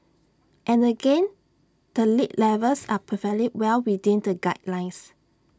and again the lead levels are perfectly well within the guidelines